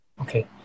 Okay